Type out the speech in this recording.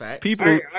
people